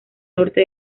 norte